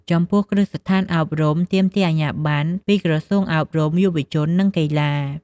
ចំពោះគ្រឹះស្ថានអប់រំ ទាមទារអាជ្ញាប័ណ្ណពីក្រសួងអប់រំ យុវជន និងកីឡា។